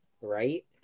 right